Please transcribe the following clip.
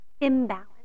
imbalance